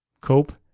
cope,